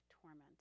torment